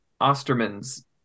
Osterman's